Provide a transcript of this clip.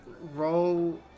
Roll